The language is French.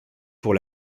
pour